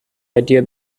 idea